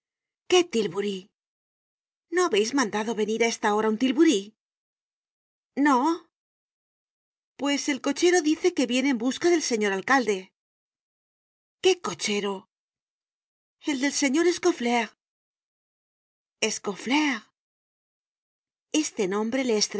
qué tilburí no habeis mandado venir á esta hora un tilburí no pues el cochero dice que viene en busca del señor alcalde qué cochero el del señor scauflaire i scauflaire este nombre le